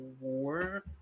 war